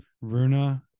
runa